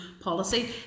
policy